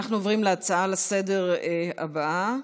נעבור להצעה לסדר-היום הבאה,